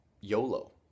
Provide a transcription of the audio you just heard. YOLO